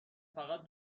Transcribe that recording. فقط